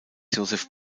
josef